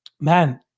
man